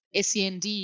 SEND